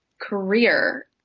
career